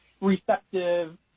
receptive